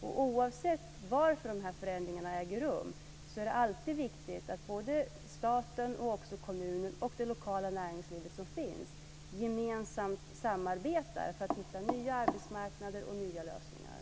Oavsett varför dessa förändringar äger rum är det alltid viktigt att staten, kommunen och det lokala näringsliv som finns gemensamt samarbetar för att hitta nya arbetsmarknader och nya lösningar.